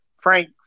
Frank